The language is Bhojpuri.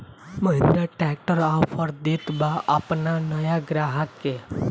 महिंद्रा ट्रैक्टर का ऑफर देत बा अपना नया ग्राहक के?